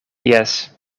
jes